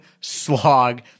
slog